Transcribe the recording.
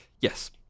yes